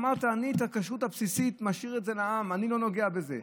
אמרת: את הכשרות הבסיסית אני משאיר לעם ולא נוגע בזה.